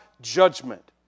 judgment